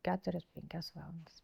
keturias penkias valandas